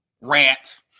rants